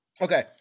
Okay